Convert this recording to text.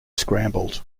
scrambled